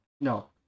No